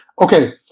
Okay